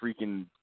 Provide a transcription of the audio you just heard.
freaking